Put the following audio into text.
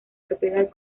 propiedad